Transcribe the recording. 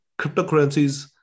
cryptocurrencies